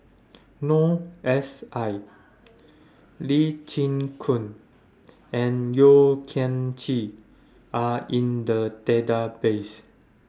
Noor S I Lee Chin Koon and Yeo Kian Chye Are in The Database